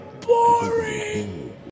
boring